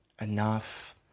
enough